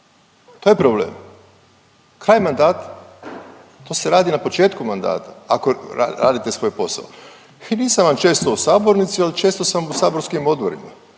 to je problem, kraj mandata. To se radi na početku mandata ako radite svoj posao. I nisam vam često u Sabornici al često u sabornici,